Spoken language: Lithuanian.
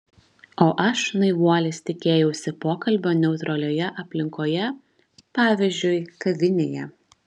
o aš naivuolis tikėjausi pokalbio neutralioje aplinkoje pavyzdžiui kavinėje